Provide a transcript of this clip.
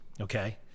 okay